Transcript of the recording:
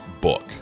book